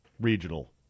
regional